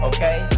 Okay